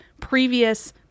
previous